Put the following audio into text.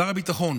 שר הביטחון